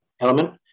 element